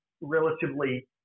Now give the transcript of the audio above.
relatively